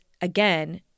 again